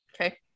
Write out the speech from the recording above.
Okay